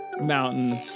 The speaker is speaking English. Mountain